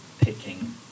picking